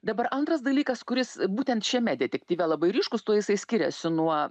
dabar antras dalykas kuris būtent šiame detektyve labai ryškus tuo jisai skiriasi nuo